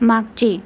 मागचे